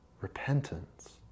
repentance